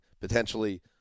potentially